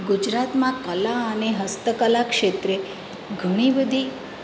ગુજરાતમાં કલા અને હસ્તકલા ક્ષેત્રે ઘણી બધી